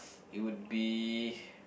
it would be